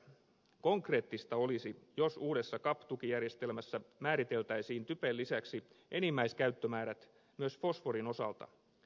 konkreettista olisi jos uudessa cap tukijärjestelmässä määriteltäisiin typen lisäksi enimmäiskäyttömäärät myös fosforin osalta